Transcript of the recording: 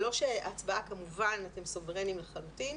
הצבעה, כמובן אתם סוברנים לחלוטין,